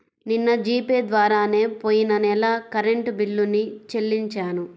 నిన్న G pay ద్వారానే పొయ్యిన నెల కరెంట్ బిల్లుని చెల్లించాను